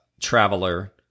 traveler